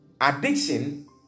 Addiction